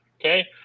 Okay